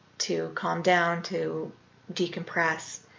to calm down, to decompress,